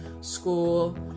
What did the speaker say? school